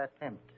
attempt